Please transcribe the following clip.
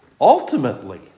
ultimately